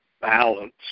balance